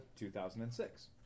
2006